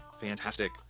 fantastic